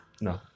No